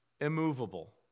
Immovable